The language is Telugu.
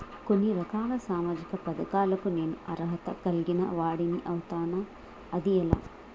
కొన్ని రకాల సామాజిక పథకాలకు నేను అర్హత కలిగిన వాడిని అవుతానా? అది ఎలా?